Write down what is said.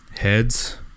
Heads